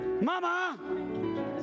Mama